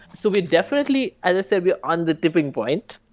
so we definitely as i said, we're on the tipping point.